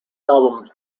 album